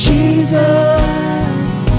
Jesus